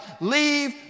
leave